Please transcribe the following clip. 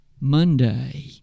Monday